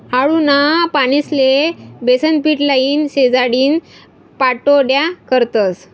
आळूना पानेस्ले बेसनपीट लाईन, शिजाडीन पाट्योड्या करतस